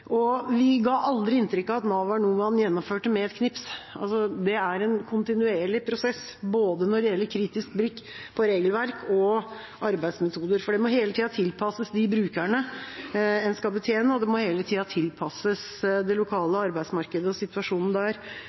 og vi ga aldri inntrykk av at Nav var noe man gjennomførte med et knips. Det er en kontinuerlig prosess, både når det gjelder kritisk blikk på regelverk og arbeidsmetoder, for det må hele tida tilpasses de brukerne en skal betjene, og det må hele tida tilpasses det lokale arbeidsmarkedet og situasjonen der.